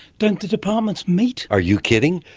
don't the departments meet? are you kidding?